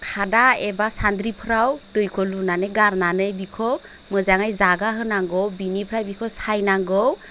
खादा एबा सानद्रिफोराव दैखौ लुनानै गारनानै बिखौ मोजाङै जागा होनांगौ बिनिफ्राय बिखौ सायनांगौ